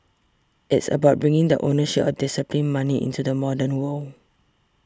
it's about bringing the ownership disciplined money into the modern world